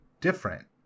different